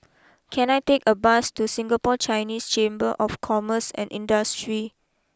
can I take a bus to Singapore Chinese Chamber of Commerce and Industry